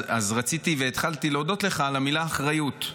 רציתי, התחלתי להודות לך על המילה "אחריות".